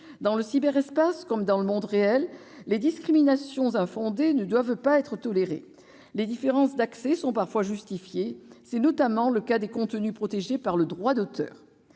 Dans le cyberespace comme dans le monde réel, les discriminations infondées ne doivent pas être tolérées. Certes, les différences d'accès sont parfois justifiées, notamment pour les contenus protégés par le droit d'auteur.